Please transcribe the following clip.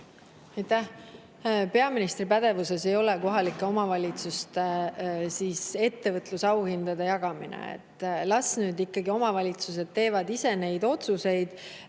Peaministri pädevuses ei ole kohalike omavalitsuste ettevõtlusauhindade jagamine. Las nüüd ikkagi omavalitsused teevad ise neid otsuseid.